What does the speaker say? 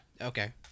okay